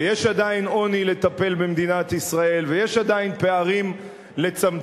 ויש עדיין עוני לטפל בו במדינת ישראל ויש עדיין פערים לצמצם,